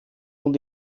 und